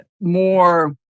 more